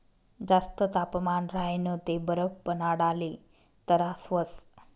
जास्त तापमान राह्यनं ते बरफ बनाडाले तरास व्हस